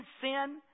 sin